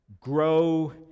Grow